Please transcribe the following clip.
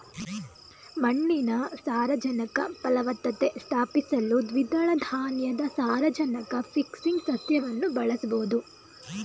ಮಣ್ಣಿನ ಸಾರಜನಕ ಫಲವತ್ತತೆ ಸ್ಥಾಪಿಸಲು ದ್ವಿದಳ ಧಾನ್ಯದ ಸಾರಜನಕ ಫಿಕ್ಸಿಂಗ್ ಸಸ್ಯವನ್ನು ಬಳಸ್ಬೋದು